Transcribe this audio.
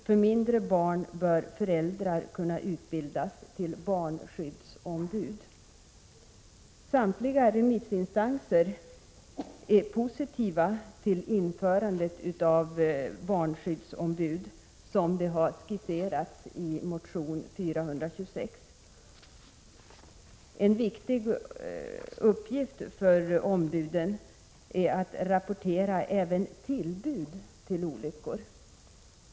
För mindre barn bör föräldrar kunna utbildas till barnskyddsombud. Samtliga remissinstanser är positiva till införandet av barnskyddsombud såsom det skisserats i motion 426. En viktig uppgift för dem är att rapportera även tillbud till olyckor.